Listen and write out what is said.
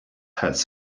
has